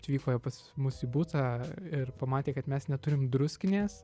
atvyko jau pas mus į butą ir pamatė kad mes neturim druskinės